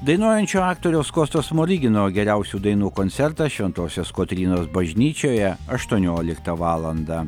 dainuojančio aktoriaus kosto smorigino geriausių dainų koncertas šventosios kotrynos bažnyčioje aštuonioliktą valandą